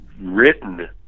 written